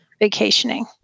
vacationing